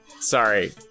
Sorry